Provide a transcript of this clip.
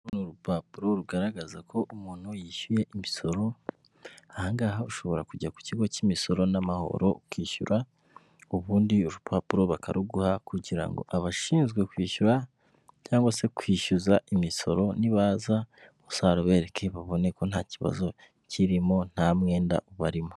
Uru rupapuro rugaragaza ko umuntu yishyuye imisoro, ahangaha ushobora kujya ku kigo cy'imisoro namahoro ukishyura, ubundi urupapuro bakaruguha kugira ngo abashinzwe kwishyura, cyangwa se kwishyuza imisoro nibaza uzarubereke babone ko nta kibazo kirimo nta mwenda ubarimo.